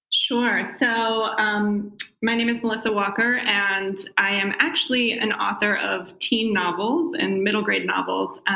sure. so um my name is melissa walker, and i am actually an author of teen novels and middle-grade novels.